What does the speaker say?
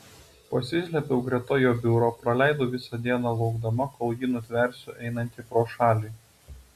pasislėpiau greta jo biuro praleidau visą dieną laukdama kol jį nutversiu einantį pro šalį